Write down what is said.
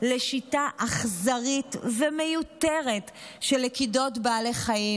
לשיטה אכזרית ומיותרת של לכידת בעלי חיים,